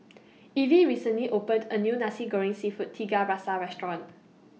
Evie recently opened A New Nasi Goreng Seafood Tiga Rasa Restaurant